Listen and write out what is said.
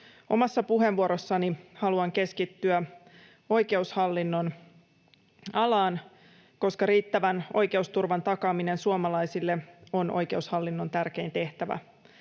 Omassa puheenvuorossani haluan keskittyä oikeushallinnon alaan, koska riittävän oikeusturvan takaaminen suomalaisille on oikeushallinnon tärkein tehtävä.